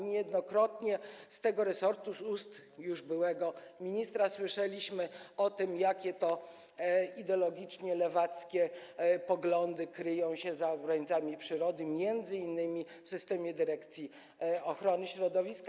Niejednokrotnie z tego resortu, z ust już byłego ministra słyszeliśmy, jakie to ideologicznie lewackie poglądy kryją się za obrońcami przyrody, m.in. w systemie dyrekcji ochrony środowiska.